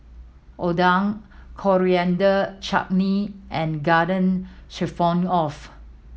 Oden Coriander Chutney and Garden Stroganoff